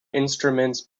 instruments